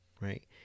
Right